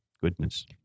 goodness